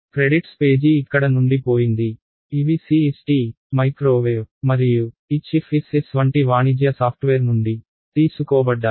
credits page ఇక్కడ నుండి పోయింది ఇవి CST మైక్రోవేవ్ మరియు HFSS వంటి వాణిజ్య సాఫ్ట్వేర్ నుండి తీసుకోబడ్డాయి